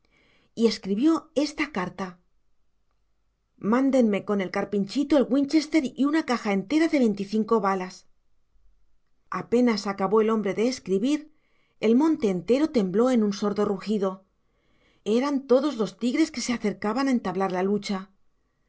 y escribió esta carta mándenme con el carpinchito el winchester y una caja entera de veinticinco balas apenas acabó el hombre de escribir el monte entero tembló con un sordo rugido eran todos los tigres que se acercaban a entablar la lucha